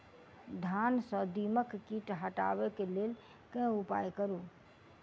धान सँ दीमक कीट हटाबै लेल केँ उपाय करु?